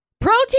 Protein